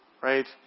right